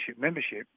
membership